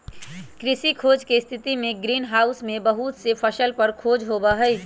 कृषि खोज के स्थितिमें ग्रीन हाउस में बहुत से फसल पर खोज होबा हई